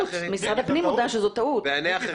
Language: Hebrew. משרד הפנים הודה שזאת טעות.